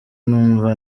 numva